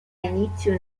inizio